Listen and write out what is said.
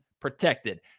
protected